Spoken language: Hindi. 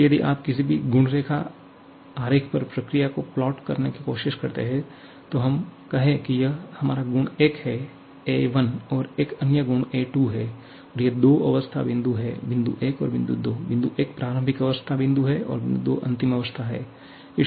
इसलिए यदि आप किसी भी गुण आरेख पर प्रक्रिया को प्लॉट करने की कोशिश करते हैं तो हम कहें कि यह हमारा गुण 1 है a1 और एक अन्य गुण a2 है और ये दो अवस्था बिंदु हैं बिंदु 1 और बिंदु 2 बिंदु 1 प्रारंभिक अवस्था बिंदु है और बिंदु 2 अंतिम अवस्था बिंदु है